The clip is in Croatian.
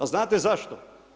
A znate zašto?